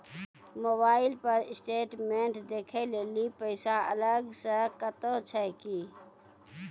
Mobile पर statement देखे लेली पैसा अलग से कतो छै की?